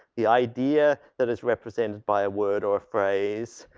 the idea that is represented by a word or a phrase.